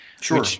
Sure